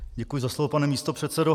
Děkuji za slovo, pane místopředsedo.